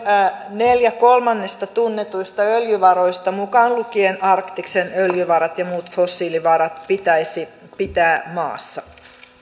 neljä kolmannesta tunnetuista öljyvaroista mukaan lukien arktiksen öljyvarat ja muut fossiilivarat pitäisi pitää maassa